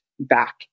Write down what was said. back